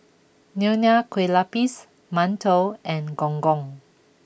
Nonya Kueh Lapis Mantou and Gong Gong